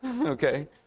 Okay